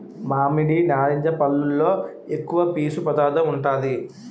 మామిడి, నారింజ పల్లులో ఎక్కువ పీసు పదార్థం ఉంటాది